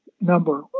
Number